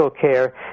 care